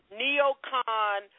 neocon